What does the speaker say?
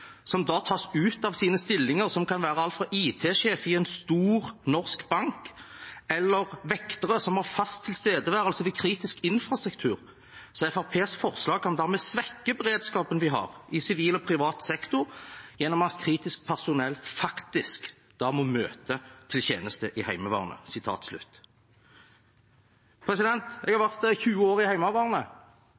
som da tas ut av sine stillinger, som kan være alt fra IT-sjef i en stor norsk bank til vektere som har fast tilstedeværelse ved kritisk infrastruktur. Så Fremskrittspartiets forslag kan dermed svekke beredskapen vi har i sivil og privat sektor gjennom at kritisk personell faktisk da må møte til tjeneste i Heimevernet Jeg har vært 20 år i Heimevernet.